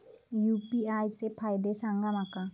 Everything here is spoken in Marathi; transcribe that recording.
यू.पी.आय चे फायदे सांगा माका?